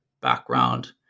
background